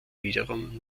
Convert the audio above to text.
wiederum